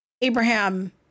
Abraham